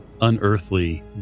unearthly